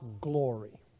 glory